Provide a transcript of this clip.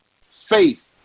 faith